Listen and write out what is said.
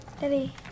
Daddy